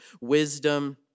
wisdom